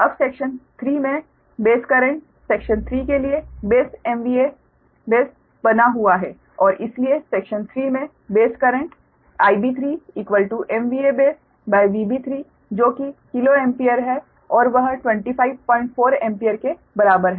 अब सेक्शन 3 में base current section 3 के लिए बेस MVA बेस बना हुआ है और इसलिए सेक्शन 3 में बेस करंट IB3base VB3 जो कि किलो एम्पीयर है और वह 254 एम्पीयर के बराबर है